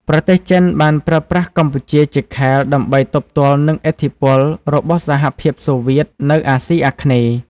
ប្រទេសចិនបានប្រើប្រាស់កម្ពុជាជាខែលដើម្បីទប់ទល់នឹងឥទ្ធិពលរបស់សហភាពសូវៀតនៅអាស៊ីអាគ្នេយ៍។